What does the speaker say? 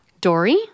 Dory